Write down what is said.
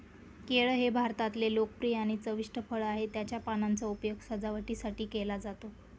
केळ हे भारतातले लोकप्रिय आणि चविष्ट फळ आहे, त्याच्या पानांचा उपयोग सजावटीसाठी केला जातो